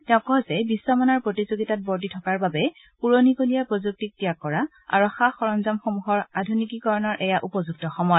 তেওঁ কয় যে বিশ্বমানৰ প্ৰতিযোগিতাত ৱৰ্তী থকাৰ বাবে পূৰণিকলীয়া প্ৰযুক্তিক ত্যাগ কৰা আৰু সা সৰঞ্জামসমূহৰ আধুনিকীকৰণৰ এয়া উপযুক্ত সময়